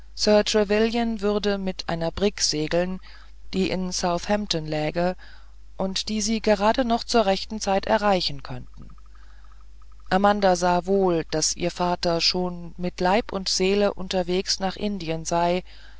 trevelyan würde mit einer brigg segeln die in southampton läge und die sie gerade noch zu rechter zeit erreichen könnten amanda sah wohl daß ihr vater schon mit leib und seele unterwegs nach indien sei